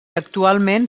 actualment